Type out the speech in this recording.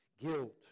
Guilt